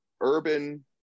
urban